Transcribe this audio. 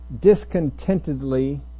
discontentedly